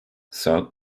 south